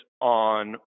on